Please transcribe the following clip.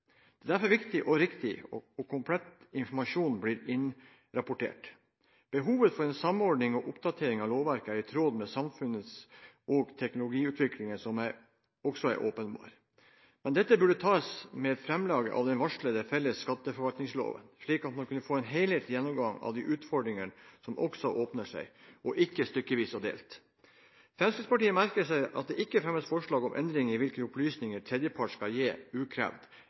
er det viktig og riktig at komplett informasjon blir innrapportert. Behovet for en samordning og oppdatering av lovverket i tråd med samfunns- og teknologiutviklingen er også åpenbar. Men dette burde tas sammen med framlegg av den varslede felles skatteforvaltningsloven, slik at man kunne få en helhetlig gjennomgang av de utfordringer som også åpenbarer seg, og ikke ta det stykkevis og delt. Fremskrittspartiet merker seg at det ikke fremmes forslag om endringer i hvilke opplysninger tredjepart skal gi